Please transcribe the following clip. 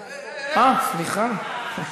אה, סליחה,